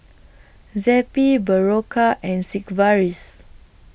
Zappy Berocca and Sigvaris